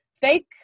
fake